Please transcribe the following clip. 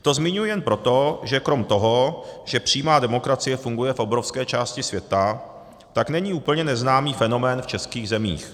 To zmiňuji jen proto, že krom toho, že přímá demokracie funguje v obrovské části světa, tak není úplně neznámý fenomén v českých zemích.